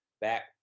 back